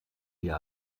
wir